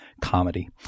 comedy